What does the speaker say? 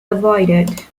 avoided